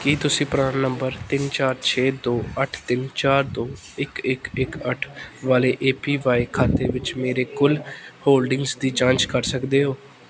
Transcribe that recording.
ਕੀ ਤੁਸੀਂ PRAN number ਤਿੰਨ ਚਾਰ ਛੇ ਦੋ ਅੱਠ ਤਿੰਨ ਚਾਰ ਦੋ ਇੱਕ ਇੱਕ ਇੱਕ ਅੱਠ ਵਾਲੇ ਏ ਪੀ ਵਾਈ ਖਾਤੇ ਵਿੱਚ ਮੇਰੀ ਕੁੱਲ ਹੋਲਡਿੰਗਜ਼ ਦੀ ਜਾਂਚ ਕਰ ਸਕਦੇ ਹੋ